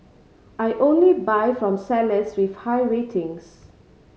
I only buy from sellers with high ratings